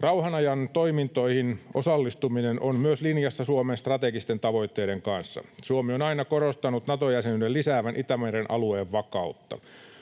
Rauhanajan toimintoihin osallistuminen on myös linjassa Suomen strategisten tavoitteiden kanssa. Suomi on aina korostanut Nato-jäsenyyden lisäävän Itämeren alueen vakautta.